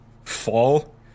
fall